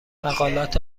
مقالات